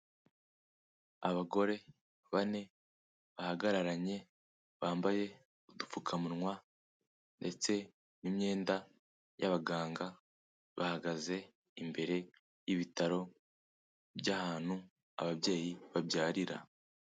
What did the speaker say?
Abagore bane, bahagararanye, bambaye udupfukamunwa, ndetse n'imyenda y'abaganga, bahagaze imbere y'ibitaro by'ahantu ababyeyi babyarira.